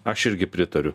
aš irgi pritariu